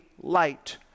light